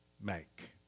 make